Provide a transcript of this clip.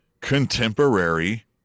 contemporary